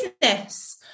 business